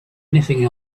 anything